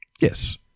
Yes